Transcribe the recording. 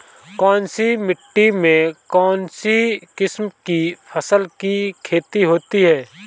कौनसी मिट्टी में कौनसी किस्म की फसल की खेती होती है?